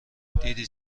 دیدی